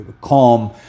calm